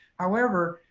however,